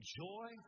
joy